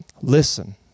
listen